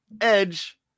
edge